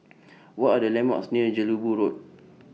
What Are The landmarks near Jelebu Road